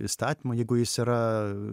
įstatymų jeigu jis yra